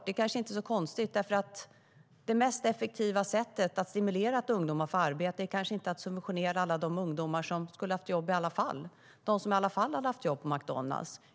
Det kanske inte är så konstigt eftersom det mest effektiva sättet att stimulera att ungdomar får arbete kanske inte är att subventionera alla de ungdomar som skulle haft jobb i alla fall, de som i alla fall hade haft jobb på McDonalds.